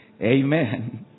Amen